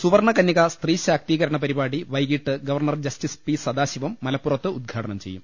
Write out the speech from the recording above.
സുവർണകനൃക സ്ത്രീശാക്തീകരണ പരിപാടി വൈകീട്ട് ഗവർണർ ജസ്റ്റിസ് പി സദാശിവം മലപ്പുറത്ത് ഉദ്ഘാടനം ചെയ്യും